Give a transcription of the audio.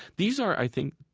these are, i think,